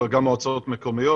אלא גם במועצות מקומיות.